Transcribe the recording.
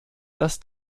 dass